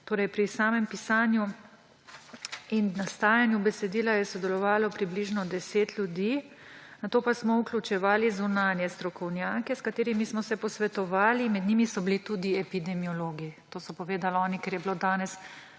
»Pri samem pisanju in nastajanju besedila je sodelo približno deset ljudi, nato pa smo vključevali zunanje strokovnjake, s katerimi smo se posvetovali, med njimi so bili tudi epidemiologi.« To so povedali oni, ker je bilo danes,